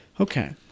Okay